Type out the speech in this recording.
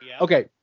Okay